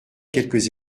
quelques